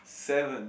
seven